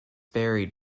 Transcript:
buried